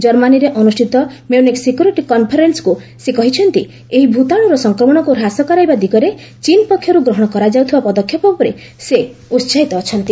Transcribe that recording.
ଜର୍ମାନୀରେ ଅନୁଷ୍ଠିତ Munich security କନ୍ଫରେନ୍ନକୁ ସେ କହିଛନ୍ତି ଏହି ଭୂତାଣୁର ସଂକ୍ରମଣକୁ ହ୍ରାସ କରାଇବା ଦିଗରେ ଚୀନ ପକ୍ଷରୁ ଗ୍ରହଣ କରାଯାଇଥିବା ପଦକ୍ଷେପରେ ସେ ଉତ୍ସାହିତ ଅଛନ୍ତି